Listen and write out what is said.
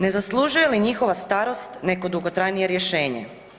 Ne zaslužuje li njihova starost neko dugotrajnije rješenje?